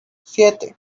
siete